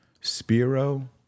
spiro